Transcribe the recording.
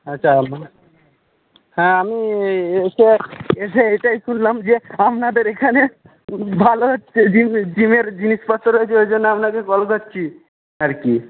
আচ্ছা হ্যাঁ আমি এসে এসে এটাই শুনলাম যে আপনাদের এখানে ভালো জিমের জিমের জিনিসপত্র রয়েছে ওই জন্য আপনাকে কল করছি আর কি